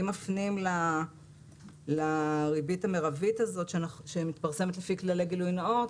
אם מפנים לריבית המרבית הזאת שמתפרסמת לפי כללי גילוי נאות,